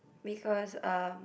because uh